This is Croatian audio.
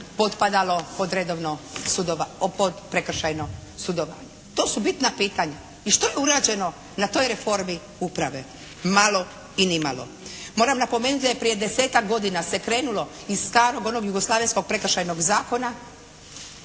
potpadalo pod prekršajno sudovanje. To su bitna pitanja i što je urađeno na toj reformi uprave? Malo i nimalo. Moram napomenuti da je prije 10-tak godina se krenulo iz starog onog jugoslavenskog Prekršajnog zakona